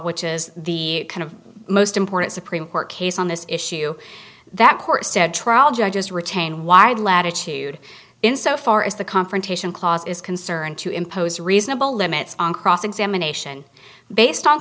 which is the kind of most important supreme court case on this issue that court said trial judges retain wide latitude in so far as the confrontation clause is concerned to impose reasonable limits on cross examination based on